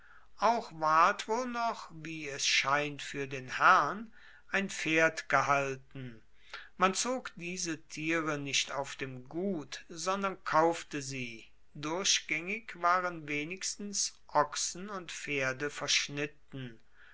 auch ward wohl noch wie es scheint fuer den herrn ein pferd gehalten man zog diese tiere nicht auf dem gut sondern kaufte sie durchgaengig waren wenigstens ochsen und pferde verschnitten